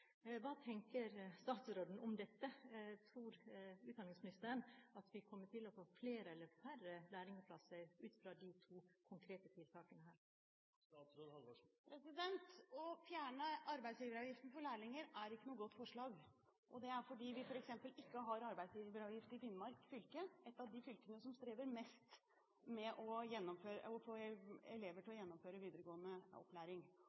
Hva tenker statsråden om dette? Tror utdanningsministeren at vi kan komme til å få flere eller færre lærlingplasser ut fra de to konkrete tiltakene? Å fjerne arbeidsgiveravgiften for lærlinger er ikke noe godt forslag. Det er fordi vi f.eks. ikke har arbeidsgiveravgift i Finnmark fylke – et av de fylkene som strever mest med å få elever til å gjennomføre videregående opplæring.